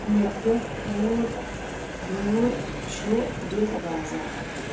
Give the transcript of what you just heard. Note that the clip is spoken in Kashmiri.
ییٚتہِ پٮ۪ٹھ کوٗت دوٗر چھُ بِگ بازار